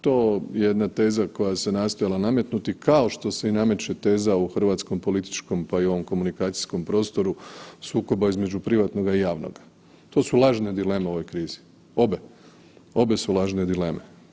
To jedna teza koja se nastojala nametnuti kao što se i nameće teza u hrvatskom političkom pa i u ovome komunikacijskom prostoru sukoba između privatnoga i javnog, to su lažne dileme u ovoj krizi, obe, obe su lažne dileme.